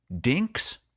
Dinks